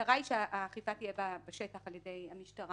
המטרה היא שהאכיפה תהיה בשטח על ידי המשטרה